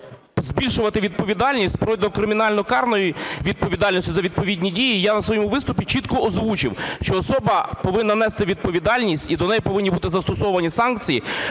збільшувати відповідальність, вплоть до кримінально-карної відповідальності за відповідні дії, я у своєму виступі чітко озвучив, що особа повинна нести відповідальність і до неї повинні бути застосовані санкції